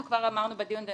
אנחנו כבר אמרנו בדיון,